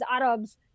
Arabs